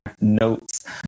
notes